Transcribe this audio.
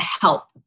help